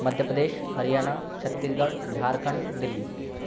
Madhya Pradesh Haryana Chhattisgarh Jharkhand Delhi